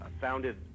founded